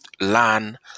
learn